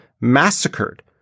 massacred